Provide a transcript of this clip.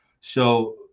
So-